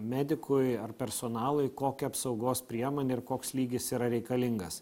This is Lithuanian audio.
medikui ar personalui kokia apsaugos priemonė ir koks lygis yra reikalingas